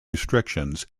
restrictions